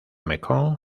mekong